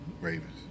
Ravens